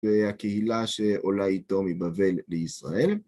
והקהילה שעולה איתו מבבל לישראל.